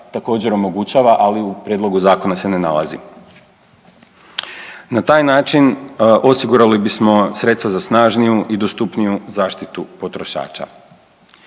također omogućava, ali u prijedlogu zakona se ne nalazi. Na taj način osigurali bismo sredstva za snažniju i dostupniju zaštitu potrošača.